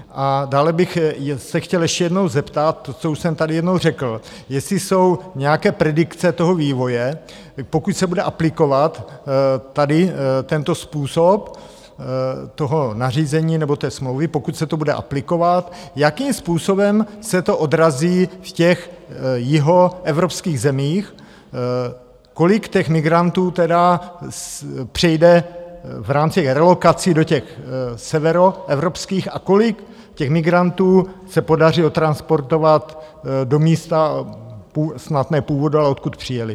A dále bych se chtěl ještě jednou zeptat, co už jsem tady jednou řekl, jestli jsou nějaké predikce toho vývoje, pokud se bude aplikovat tady tento způsob toho nařízení nebo té smlouvy, pokud se to bude aplikovat, jakým způsobem se to odrazí v těch jihoevropských zemích, kolik těch migrantů tedy přejde v rámci relokací do těch severoevropských a kolik těch migrantů se podaří odtransportovat do místa snad ne původu, ale odkud přijeli.